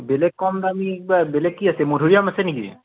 বেলেগ কম দামী কিবা বেলেগ কি আছে মধুৰিআম আছে নেকি